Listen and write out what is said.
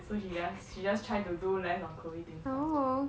so she just she just try to do less on chloe ting [one]